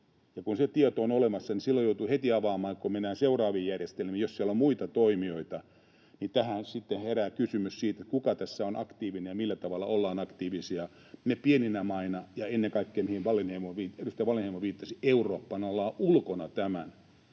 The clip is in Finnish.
se tieto on olemassa. Ja kun se tieto on olemassa ja mennään seuraaviin järjestelmiin, ja jos siellä on muita toimijoita, niin herää kysymys, kuka tässä on aktiivinen ja millä tavalla me ollaan pieninä maina aktiivisia, ja ennen kaikkea, mihin edustaja Wallinheimo viittasi, Eurooppana ollaan ulkona tämän.